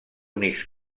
únics